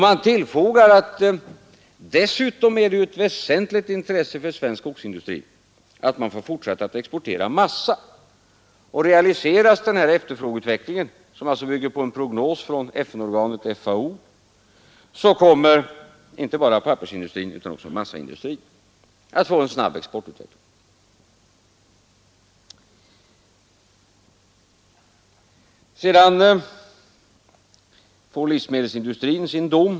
Man tillfogar också att dessutom är det ett väsentligt intresse för svensk skogsindustri att man får fortsätta att exportera massa, och realiseras denna efterfrågeutveckling — som alltså bygger på en prognos av FN-organet FAO så kommer inte bara pappersindustrin utan också massaindustrin att få en snabb exportutveckling. Sedan får livsmedelsindustrin sin dom.